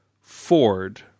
Ford